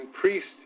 priests